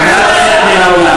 נא לצאת מהאולם.